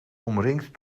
omringd